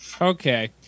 Okay